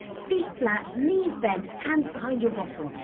feet flat, knees bent, hands behind your bottom.